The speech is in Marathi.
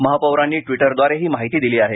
महापौरांनी ट्विटरद्वारे ही माहिती दिली आहे